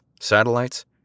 satellites